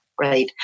Right